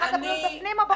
משרד הבריאות בפנים או בחוץ?